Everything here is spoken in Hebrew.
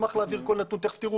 כל ארבעה ימים.